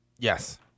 Yes